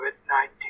COVID-19